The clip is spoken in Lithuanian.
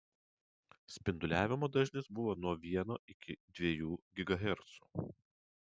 spinduliavimo dažnis buvo nuo vieno iki dviejų gigahercų